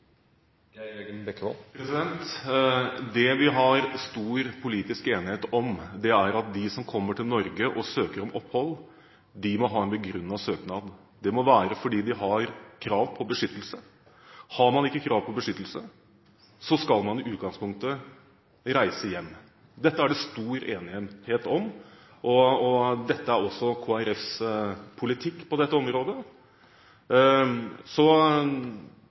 Det vi har stor politisk enighet om, er at de som kommer til Norge og søker opphold, må ha en begrunnet søknad. Det må være fordi de har krav på beskyttelse. Har man ikke krav på beskyttelse, skal man i utgangspunktet reise hjem. Dette er det stor enighet om, og det er også Kristelig Folkepartis politikk på dette området.